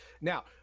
Now